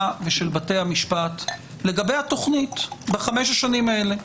ושל בתי המשפט לגבי התכנית בחמש השנים האלה.